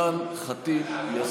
1204, של אימאן ח'טיב יאסין.